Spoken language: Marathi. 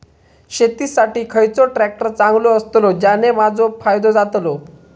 शेती साठी खयचो ट्रॅक्टर चांगलो अस्तलो ज्याने माजो फायदो जातलो?